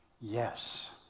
yes